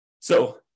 So-